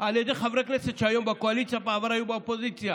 על ידי חברי כנסת שהיו שהיום בקואליציה ובעבר היו באופוזיציה.